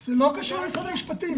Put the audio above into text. זה לא קשור למשרד המשפטים.